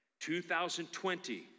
2020